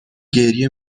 گریه